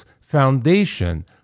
Foundation